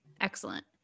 Excellent